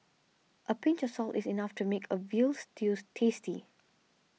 a pinch of salt is enough to make a Veal Stews tasty